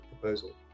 proposal